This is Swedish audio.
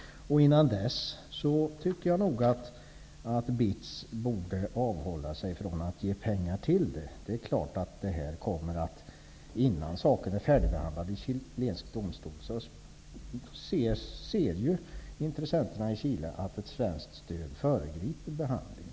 Jag tycker nog att BITS bör avhålla sig från att ge pengar till projektet innan saken är färdigbehandlad i chilensk domstol, annars ser ju intressenterna i Chile att ett svenskt stöd föregriper domstolens behandling.